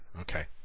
Okay